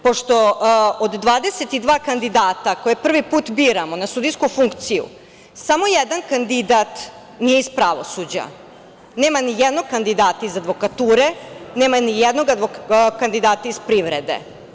Pošto od 22 kandidata koje prvi put biramo na sudijsku funkciju, samo jedan kandidat nije iz pravosuđa, nema ni jednog kandidata iz advokature, nema ni jednog kandidata iz privrede.